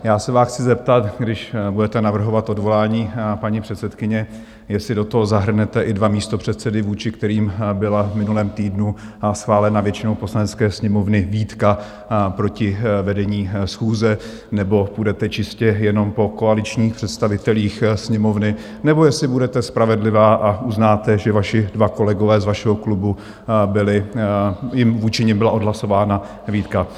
Já se vás chci zeptat, když budete navrhovat odvolání paní předsedkyně, jestli do toho zahrnete i dva místopředsedy, vůči kterým byla v minulém týdnu schválena většinou Poslanecké sněmovny výtka proti vedení schůze, nebo půjdete čistě jenom po koaličních představitelích Sněmovny, nebo jestli budete spravedlivá a uznáte, že vaši dva kolegové z vašeho klubu byli... i vůči nim byla odhlasována výtka.